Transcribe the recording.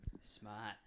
Smart